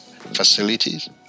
facilities